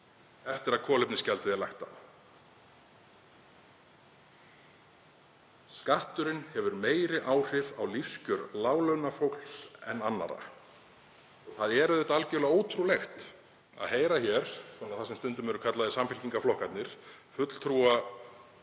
eftir að kolefnisgjald er lagt á. Skatturinn hefur meiri áhrif á lífskjör láglaunafólks en annarra.“ Það er algerlega ótrúlegt að heyra hér það sem stundum eru kallaðir samfylkingarflokkarnir, fulltrúa